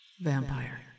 Vampire